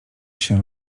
się